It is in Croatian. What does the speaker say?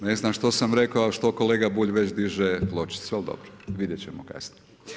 Ne znam što sam rekao a što kolega Bulj već diže pločicu, ali dobro, vidjet ćemo kasnije.